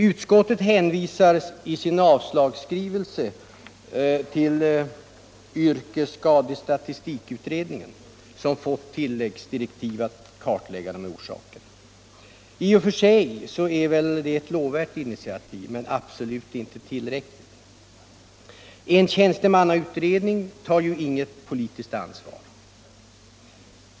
Utskottet hänvisar i sin avslagsskrivning till yrkesskadestatistikutredningen, som fått tilläggsdirektiv att kartlägga dessa orsaker. I och för sig är det väl ett lovvärt initiativ, men det är absolut inte tillräckligt. En tjänstemannautredning tar ju inget politiskt ansvar.